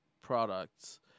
products